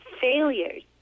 failures